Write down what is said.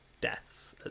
deaths